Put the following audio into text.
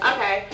Okay